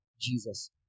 Jesus